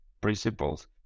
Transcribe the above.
principles